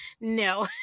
No